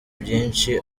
byinshi